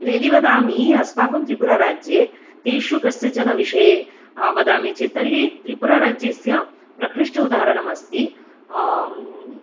यदि वदामि अस्माकं त्रिपुराराज्ये तेषु कस्यचन विषये वदामि चेत् तर्हि त्रिपुराराज्यस्य प्रकृष्ट उदाहरणम् अस्ति